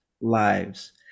lives